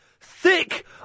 thick